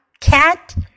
cat